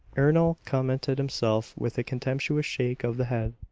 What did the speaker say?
ernol contented himself with a contemptuous shake of the head.